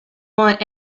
want